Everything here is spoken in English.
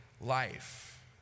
life